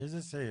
אין דבר